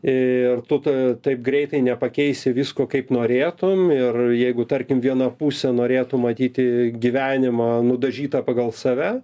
ir tu to taip greitai nepakeisi visko kaip norėtum ir jeigu tarkim viena pusė norėtų matyti gyvenimą nudažytą pagal save